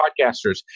podcasters